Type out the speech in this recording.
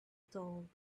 told